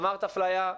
אמרת אפליה,